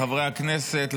לחברי הכנסת,